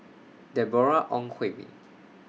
Deborah Ong Hui Min